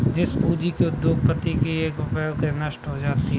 जिस पूंजी की उपयोगिता एक बार उपयोग करने पर नष्ट हो जाती है चल पूंजी है